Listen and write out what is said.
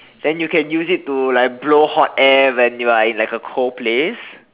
then you can use it to like blow hot hair when you are in like a cold place